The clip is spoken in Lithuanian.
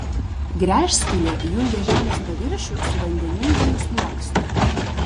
gręžskylė jungia žemės paviršių su vandeninguoju sluoksniu